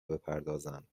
بپردازند